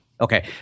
Okay